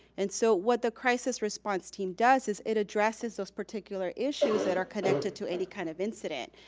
and so, what the crisis response team does is it addresses those particular issues that are connected to any kind of incident.